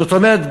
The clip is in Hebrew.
זאת אומרת,